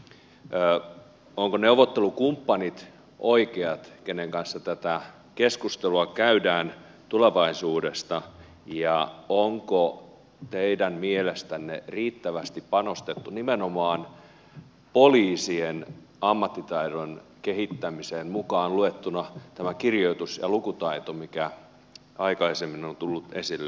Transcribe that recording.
ovatko neuvottelukumppanit oikeat kumppanit joiden kanssa käydään tätä keskustelua tulevaisuudesta ja onko teidän mielestänne riittävästi panostettu nimenomaan poliisien ammattitaidon kehittämiseen mukaan luettuna tämä kirjoitus ja lukutaito mikä aikaisemmin on tullut esille